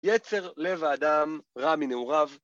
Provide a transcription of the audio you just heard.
יצר לב האדם רע מנעוריו